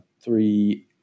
three